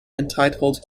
entitled